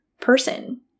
person